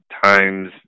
times